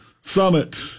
Summit